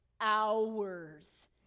hours